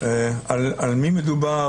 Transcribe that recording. על מי מדובר?